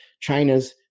China's